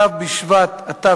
כ' בשבט התשע"ב,